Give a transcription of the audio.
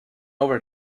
over